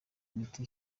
miti